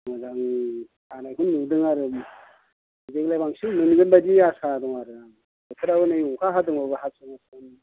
मोजां जानायखौ नुदों आरो देग्लाय बांसिन मोनगोन बायदि आसा दं आरो आं बोथोरा हनै अखा हादोंबाबो हास्रोम हास्रोम